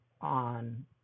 on